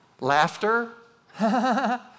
Laughter